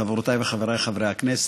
חברותיי וחבריי חברי הכנסת,